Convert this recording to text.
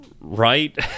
right